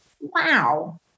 wow